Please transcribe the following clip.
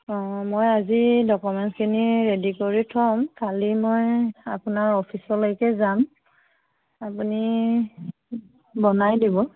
অঁ মই আজি ডকুমেণ্টছখিনি ৰেডি কৰি থ'ম কালি মই আপোনাৰ অফিচলৈকে যাম আপুনি বনাই দিব